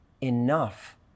enough